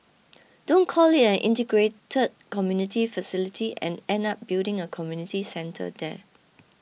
don't call it an integrated community facility and end up building a community centre there